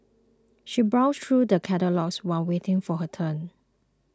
she browsed through the catalogues while waiting for her turn